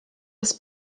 das